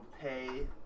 pay